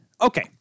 Okay